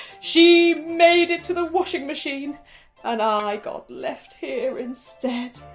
she made it to the washing machine and i got left here instead.